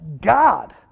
God